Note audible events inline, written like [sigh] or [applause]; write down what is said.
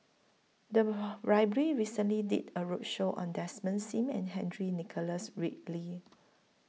The [noise] Library recently did A roadshow on Desmond SIM and Henry Nicholas Ridley